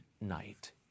Night